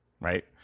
Right